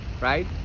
right